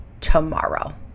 tomorrow